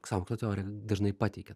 sąmokslo teorija dažnai pateikia